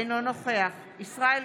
אינו נוכח ישראל כץ,